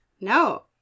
No